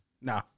No